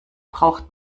braucht